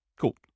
Cool